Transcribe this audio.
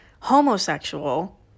homosexual